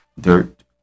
dirt